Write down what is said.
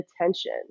attention